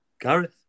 Gareth